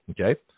Okay